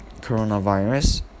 coronavirus